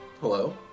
Hello